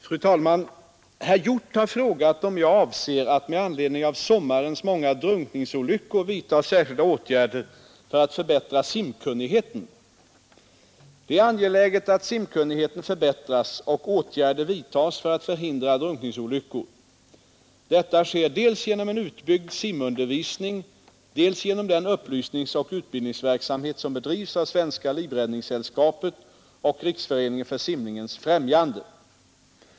Fru talman! Herr Hjorth har frågat om jag avser att med anledning av sommarens många drunkningsolyckor vidtaga särskilda åtgärder för att förbättra simkunnigheten. Det är angeläget att simkunnigheten förbättras och åtgärder vidtas för att förhindra drunkningsolyckor. Detta sker dels genom en utbyggd simundervisning, dels genom den upplysningsoch utbildningsverksamhet som bedrivs av Svenska livräddningssällskapet och Riksföreningen för simningens främjande.